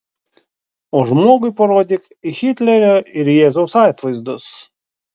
o žmogui parodyk hitlerio ir jėzaus atvaizdus